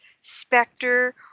specter